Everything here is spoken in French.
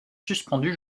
suspendue